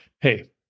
Hey